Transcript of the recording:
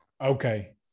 Okay